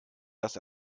dass